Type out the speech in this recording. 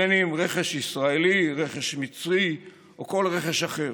בין אם רכש ישראלי, רכש מצרי או כל רכש אחר.